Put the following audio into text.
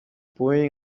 pointing